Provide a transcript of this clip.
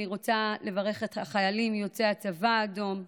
אני רוצה לברך את החיילים יוצאי הצבא האדום,